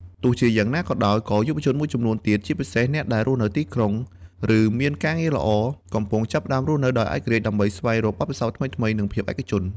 ទោះជាយ៉ាងណាក៏ដោយ ក៏មានយុវជនមួយចំនួនទៀត ជាពិសេសអ្នកដែលរស់នៅទីក្រុង ឬមានការងារល្អ កំពុងចាប់ផ្តើមរស់នៅដោយឯករាជ្យ ដើម្បីស្វែងរកបទពិសោធន៍ថ្មីៗ និងភាពឯកជន។